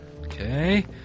Okay